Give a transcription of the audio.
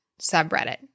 subreddit